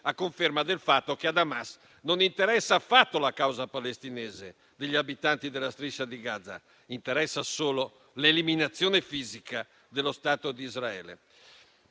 a conferma del fatto che a Hamas non interessa affatto la causa palestinese, degli abitanti della striscia di Gaza, ma interessa solo l'eliminazione fisica dello Stato di Israele.